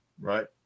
right